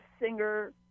singer